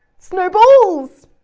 snowballs,